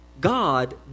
God